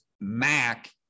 MAC